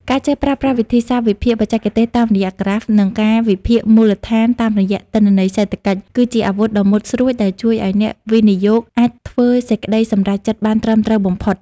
ការចេះប្រើប្រាស់វិធីសាស្ត្រវិភាគបច្ចេកទេសតាមរយៈក្រាហ្វ និងការវិភាគមូលដ្ឋានតាមរយៈទិន្នន័យសេដ្ឋកិច្ច គឺជាអាវុធដ៏មុតស្រួចដែលជួយឱ្យអ្នកវិនិយោគអាចធ្វើសេចក្ដីសម្រេចចិត្តបានត្រឹមត្រូវបំផុត។